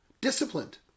disciplined